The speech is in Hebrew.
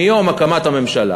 מיום הקמת הממשלה